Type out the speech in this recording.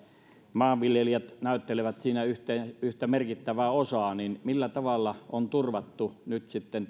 maanviljelijät näyttelevät siinä yhtä merkittävää osaa niin kysyn millä tavalla on turvattu nyt sitten